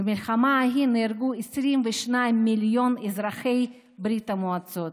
במלחמה ההיא נהרגו 22 מיליון אזרחי ברית המועצות,